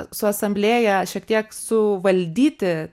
su asamblėja šiek tiek suvaldyti